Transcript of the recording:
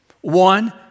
One